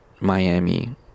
Miami